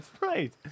right